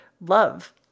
love